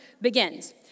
begins